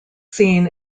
seen